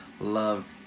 loved